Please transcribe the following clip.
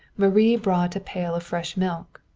marie brought a pail of fresh milk.